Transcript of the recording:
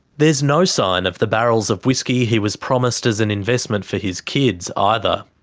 there's no sign of the barrels of whisky he was promised as an investment for his kids ah either.